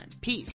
Peace